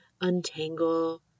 untangle